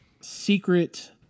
secret